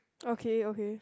okay okay